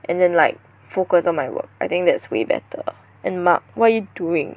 and then like focus on my work I think that's way better and Mark what are you doing